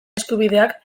eskubideak